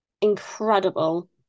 incredible